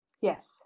Yes